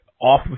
off